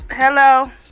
Hello